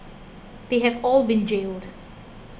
they have all been jailed